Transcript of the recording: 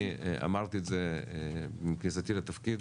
אני אמרתי את זה עם כניסתי לתפקיד,